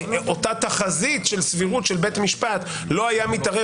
אותה תחזית של סבירות של בית משפט לא היה מתערב